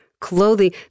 clothing